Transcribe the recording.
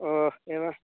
ओ एवम्